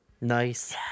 Nice